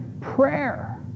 prayer